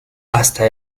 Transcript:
hasta